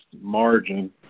margin